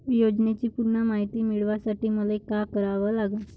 योजनेची पूर्ण मायती मिळवासाठी मले का करावं लागन?